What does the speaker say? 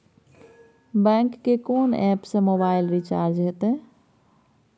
Bank के कोन app से मोबाइल रिचार्ज हेते?